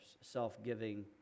self-giving